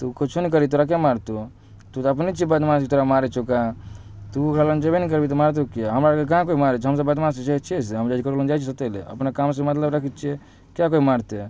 तू किछु नहि करही तोरा किआ मारतहुँ तु तऽ अपने छिही बदमाश जे तोरा मारैत छौ कऽ तु ओकरा लग जयबै नहि करबिही तऽ मारतहुँ किआ हमरा सबके कहाँ कोइ मारैत छै हमसब बदमाश जे छै से हम जाइत छियै ककरो लग जाइत छियै सटै लै अपना कामसँ मतलब रखैत छियै किआ केओ मारतै